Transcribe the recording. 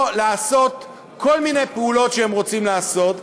או לעשות כל מיני פעולות שהם רוצים לעשות,